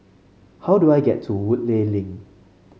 how do I get to Woodleigh Link